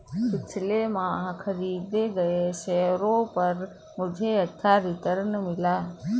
पिछले माह खरीदे गए शेयरों पर मुझे अच्छा रिटर्न मिला